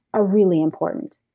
are really important.